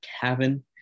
cabin